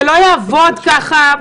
זה לא יעבוד ככה,